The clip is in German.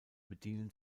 bedienen